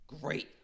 great